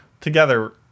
together